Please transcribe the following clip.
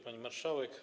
Pani Marszałek!